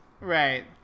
right